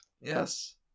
Yes